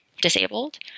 disabled